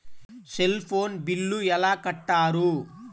Cell phone bill ఎలా కట్టారు?